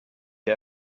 der